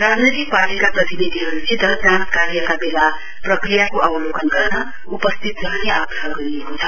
राजनैतिक पार्टीका प्रतिनिधिहरूसित जाँच कार्यको बेला प्रक्रियाको अवलोकन गर्न उपस्थित रहने आग्रह गरिएको थियो